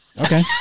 Okay